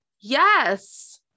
Yes